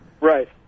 Right